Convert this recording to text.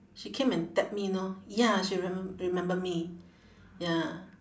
she came and tap me know ya she remem~ remember me ya